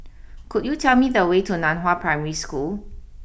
could you tell me the way to Nan Hua Primary School